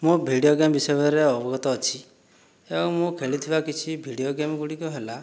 ମୁଁ video game ବିଷୟରେ ଅବଗତ ଅଛି ଏବଂ ମୁଁ ଖେଳିଥିବା କିଛି ଭିଡିଓ ଗେମ୍ଗୁଡ଼ିକ ହେଲା